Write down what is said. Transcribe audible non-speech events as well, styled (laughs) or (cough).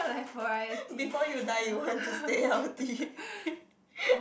(noise) before you die you want to stay healthy (laughs)